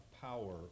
power